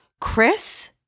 Chris